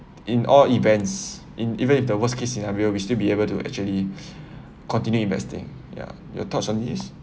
in all events in even if the worst case scenario we'll still be able to actually continue investing yeah your thoughts on this